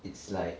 it's like